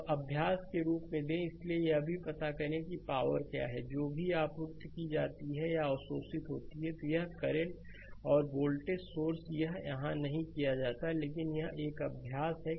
तोअभ्यास के रूप में दें इसलिए यह भी पता करें कि पावर क्या है जो आपूर्ति की जाती है या अवशोषित होती है यह करंट और वोल्टेज सोर्स यह यहां नहीं किया जाता है लेकिन यह एक अभ्यास है